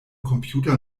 computer